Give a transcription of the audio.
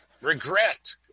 regret